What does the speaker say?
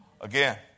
again